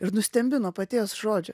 ir nustembi nuo paties žodžio